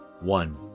One